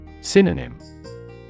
Synonym